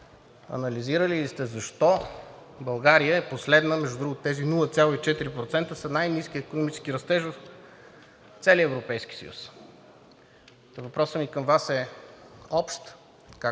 анализирали ли сте защо България е последна? Между другото, тези 0,4% са най-ниският икономически растеж в целия Европейския съюз. Та въпросът ми към Вас е общ,